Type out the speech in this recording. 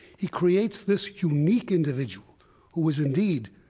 he creates this unique individual who is, indeed,